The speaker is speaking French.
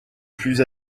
plus